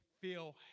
feel